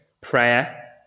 prayer